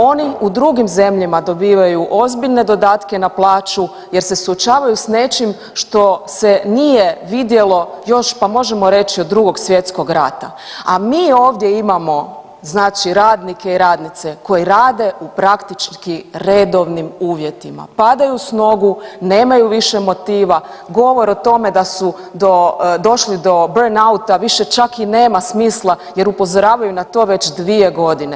Oni u drugim zemljama dobivaju ozbiljne dodatke na plaću jer se suočavaju s nečim što se nije vidjelo još pa možemo reći od Drugog svjetskog rata, a mi ovdje imamo znači radnike i radnice koji rade u praktički redovnim uvjetima, padaju s nogu, nemaju više motiva, govore o tome da su došli do burnout-a više čak i nema smisla jer upozoravaju na to već 2 godine.